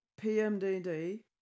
PMDD